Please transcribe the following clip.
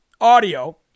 audio